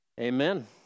Amen